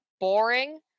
boring